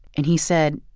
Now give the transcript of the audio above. and he said,